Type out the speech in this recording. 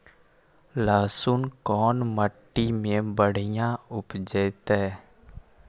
लहसुन कोन मट्टी मे बढ़िया उपजतै?